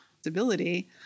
stability